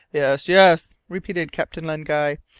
yes, yes, repeated captain len guy,